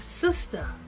sister